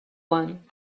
one